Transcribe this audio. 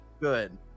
good